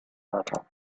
weiter